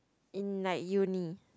in like uni